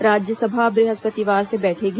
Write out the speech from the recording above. राज्यसभा ब्रहस्पतिवार से बैठेगी